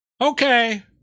Okay